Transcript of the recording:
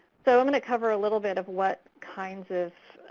so i'm going to cover a little bit of what kinds of